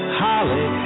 holly